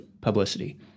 publicity